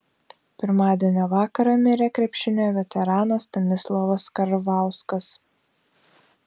pirmadienio vakarą mirė krepšinio veteranas stanislovas karvauskas